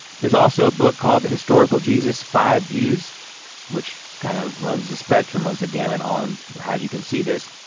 there's also a book called the historical jesus five views which kind of runs the spectrum once again and on how you can see this.